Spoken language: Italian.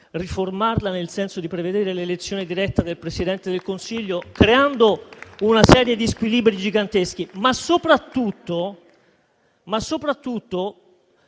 riformarla nel senso di prevedere l'elezione diretta del Presidente del Consiglio, creando una serie di squilibri giganteschi.